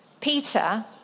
Peter